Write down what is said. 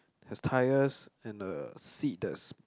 his tires and the seat is